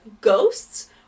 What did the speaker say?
ghosts